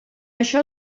això